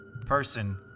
person